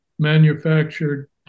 manufactured